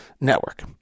Network